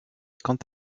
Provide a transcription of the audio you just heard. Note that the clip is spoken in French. quant